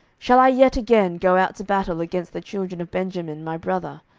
shall i yet again go out to battle against the children of benjamin my brother,